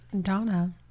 Donna